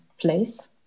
place